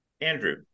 Andrew